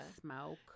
smoke